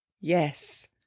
Yes